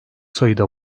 sayıda